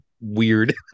weird